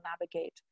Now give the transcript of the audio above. navigate